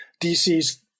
DC's